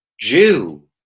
Jew